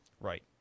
Right